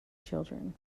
children